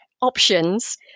options